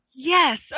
Yes